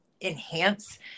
enhance